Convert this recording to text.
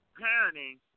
parenting